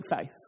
faith